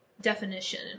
definition